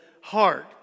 heart